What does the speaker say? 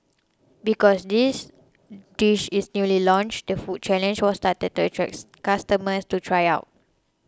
because this dish is newly launched the food challenge was started to customers to try it